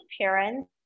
parents